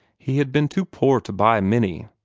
he had been too poor to buy many,